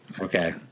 Okay